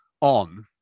on